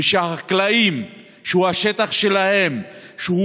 ושהחקלאים שזה השטח שלהם, שזה